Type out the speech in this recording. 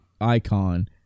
icon